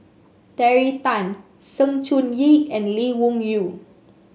Terry Tan Sng Choon Yee and Lee Wung Yew